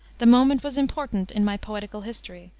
the moment was important in my poetical history,